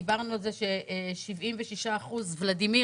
דיברנו על כך ש-76 אחוזים ולדימיר